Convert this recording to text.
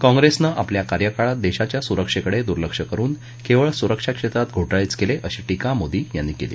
काँग्रेसनं आपल्या कार्यकाळात देशाच्या सुरक्षेकडे दुर्लक्ष करुन केवळ सुरक्षा क्षेत्रात घोटाळेच केले अशी टीका मोदी यांनी केली